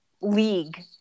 league